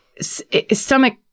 stomach